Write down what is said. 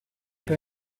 per